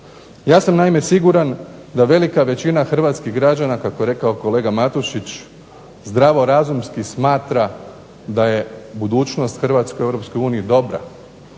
Ja sam naime siguran da velika većina hrvatskih građana, kako je rekao kolega Matušić, zdravorazumski smatra da je budućnost Hrvatske u